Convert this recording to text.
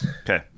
Okay